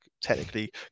technically